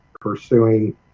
pursuing